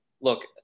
look